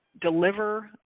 deliver